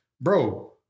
Bro